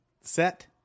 set